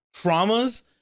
traumas